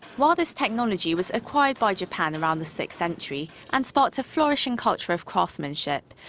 while this technology was acquired by japan around the sixth century and sparked a flourishing culture of craftsmanship,